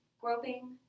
groping